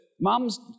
mums